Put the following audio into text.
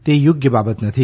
તે યોગ્ય બાબત નથી